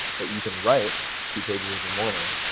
but you can write two pages every morning,